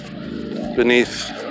beneath